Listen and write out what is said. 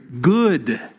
Good